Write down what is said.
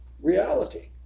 Reality